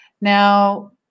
Now